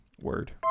word